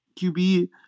QB